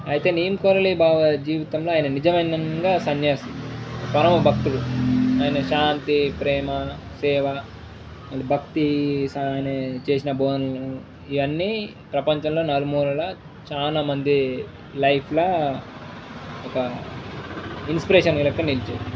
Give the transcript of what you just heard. అయితే నీమ్ కరోళీ బాబా జీవితంలో ఆయన నిజమైనంగా సన్యాసి పరమ భక్తుడు ఆయన శాంతి ప్రేమ సేవ అ భక్తి చాలానే చేసిన పన్లు ఇవన్నీ ప్రపంచంలో నలుమూలల చాలామంది లైఫ్లో ఒక ఇన్స్పిరేషన్గా నిలిచింది